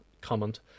comment